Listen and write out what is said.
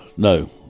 no